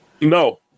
No